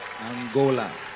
Angola